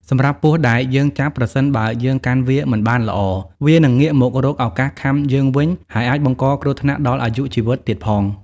សម្រាប់ពស់ដែលយើងចាប់ ប្រសិនបើយើងកាន់វាមិនបានល្អ វានឹងងាកមករកឱកាសខាំយើងវិញ ហើយអាចបង្កគ្រោះថ្នាក់ដល់អាយុជីវិតទៀតផង។